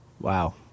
Wow